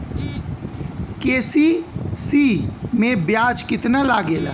KCC में ब्याज कितना लागेला?